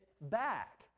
back